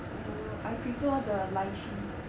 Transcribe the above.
um I prefer the lychee